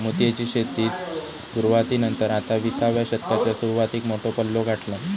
मोतीयेची शेतीन सुरवाती नंतर आता विसाव्या शतकाच्या सुरवातीक मोठो पल्लो गाठल्यान